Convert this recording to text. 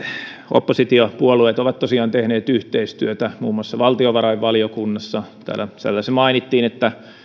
oppositiopuolueet ovat tosiaan tehneet yhteistyötä muun muassa valtiovarainvaliokunnassa täällä sen lisäksi mainittiin että